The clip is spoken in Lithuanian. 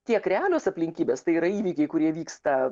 tiek realios aplinkybės tai yra įvykiai kurie vyksta